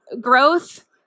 growth